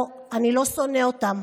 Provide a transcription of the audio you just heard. לא, אני לא שונא אותם.